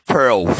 Pearl